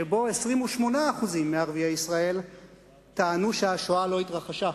שבו 28% מערביי ישראל טענו שהשואה לא התרחשה.